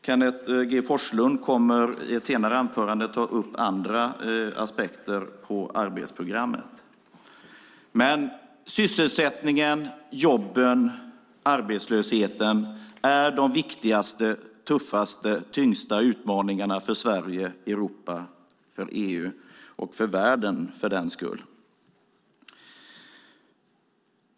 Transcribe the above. Kenneth G Forslund kommer i ett senare anförande att ta upp andra aspekter på arbetsprogrammet. Sysselsättningen, jobben och arbetslösheten är de viktigaste, tuffaste och tyngsta utmaningarna för Sverige, Europa, EU och världen.